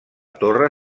torre